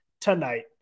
tonight